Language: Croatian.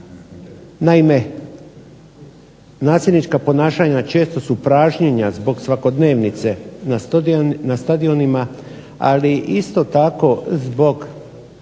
Naime nasilnička ponašanja često su pražnjenja zbog svakodnevice na stadionima, ali isto tako zbog